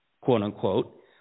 quote-unquote